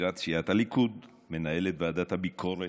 מזכירת סיעת הליכוד, מנהלת ועדת הביקורת,